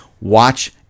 watch